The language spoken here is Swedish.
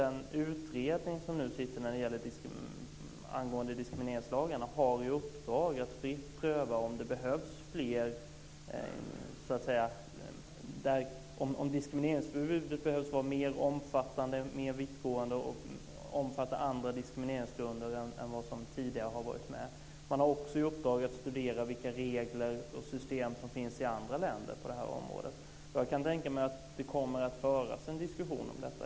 Den utredning som nu arbetar med diskrimineringslagarna har i uppdrag att fritt pröva om diskrimineringsförbudet behöver vara mer vittgående och omfatta andra diskrimineringsgrunder än vad som tidigare har varit fallet. Man har också i uppdrag att diskutera vilka regler och system som finns i andra länder på området. Jag kan tänka mig att det kommer att föras en diskussion.